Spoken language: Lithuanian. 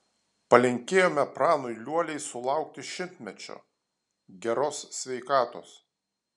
palinkėjome pranui liuoliai sulaukti šimtmečio geros sveikatos